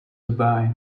dubai